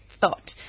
thought